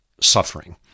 suffering